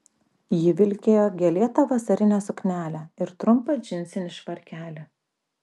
ji vilkėjo gėlėtą vasarinę suknelę ir trumpą džinsinį švarkelį